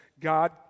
God